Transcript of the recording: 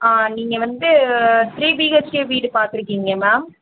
நீங்கள் வந்து three BHK வீடு பார்த்துருக்கீங்க மேம்